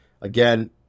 again